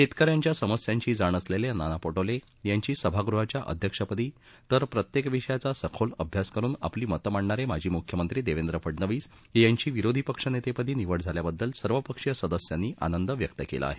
शेतक यांच्या समस्यांची जाण असलेले नाना पटोले यांची सभागृहाच्या अध्यक्षपदी तर प्रत्येक विषयाचा सखोल अभ्यास करुन आपली मतं मांडणारे माजी मुख्यमंत्री देवेंद्र फडणवीस यांची विरोधी पक्षनेतेपदी निवड झाल्याबद्दल सर्व पक्षीय सदस्यांनी आनंद व्यक्त केला आहे